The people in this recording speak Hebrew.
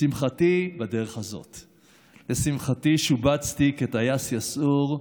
לשמחתי, בדרך הזאת, לשמחתי, שובצתי כטייס יסעור,